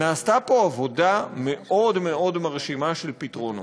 נעשתה פה עבודה מאוד מאוד מרשימה של פתרונות.